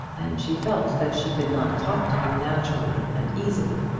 and she felt that she could not talk to him naturally and easily.